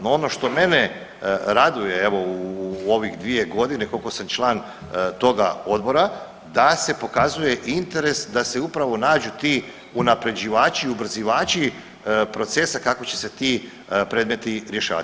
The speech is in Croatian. No, ono što mene raduje evo u ovih dvije godine koliko sam član toga odbora da se pokazuje interes da se upravo nađu ti unapređivači, ubrzivači procesa kako će se ti predmeti rješavati.